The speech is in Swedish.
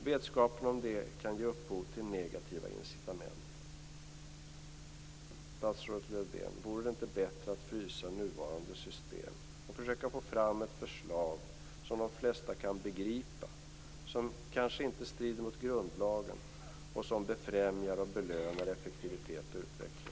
Vetskapen om det kan ge upphov till negativa incitament." Statsrådet Lövdén! Vore det inte bättre att frysa nuvarande system och försöka få fram ett förslag som de flesta kan begripa, som kanske inte strider mot grundlagen och som befrämjar effektivitet och utveckling?